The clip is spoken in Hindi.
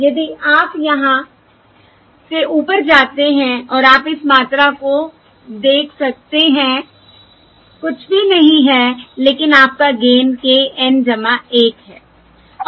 यदि आप यहां से ऊपर जाते हैं और आप इस मात्रा को देख सकते हैं कुछ भी नहीं है लेकिन आपका गेन k N 1 है